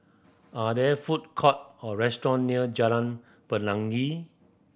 are there food court or restaurant near Jalan Pelangi